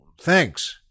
thanks